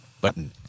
button